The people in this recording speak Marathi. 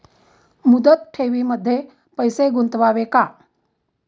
मुदत ठेवींमध्ये पैसे गुंतवावे का?